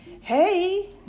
Hey